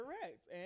Correct